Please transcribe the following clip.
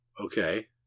Okay